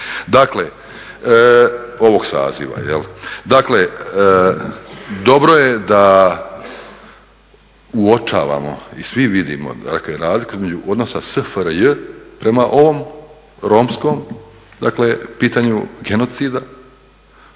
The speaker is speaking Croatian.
Sabora ovog saziva. Dakle dobro je da uočavamo i svi vidimo razlike između odnosa SFRJ prema ovom romskom dakle pitanju genocida